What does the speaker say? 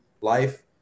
life